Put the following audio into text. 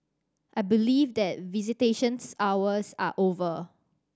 I believe that visitation hours are over